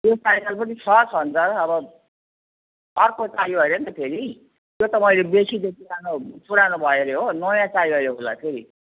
त्यो साइकल पनि छ छ नि त अब अर्को चाहियो अरे नि त फेरि त्यो त मैले बेचिदिएँ पुरानो पुरानो भयो अरे हो नयाँ चाहियो अरे उसलाई फेरि